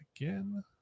again